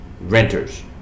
renters